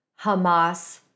Hamas